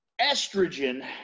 Estrogen